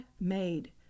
made